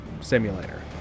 simulator